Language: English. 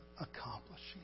accomplishing